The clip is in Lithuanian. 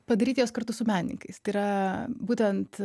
padaryti juos kartu su menininkais tai yra būtent